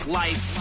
life